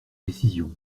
décisions